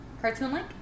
Cartoon-like